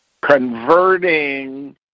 converting